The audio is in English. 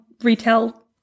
retail